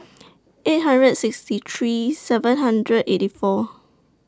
eight hundred and sixty three seven hundred eighty four